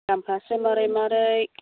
दामफ्रासो मारै मारै